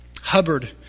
Hubbard